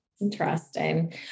Interesting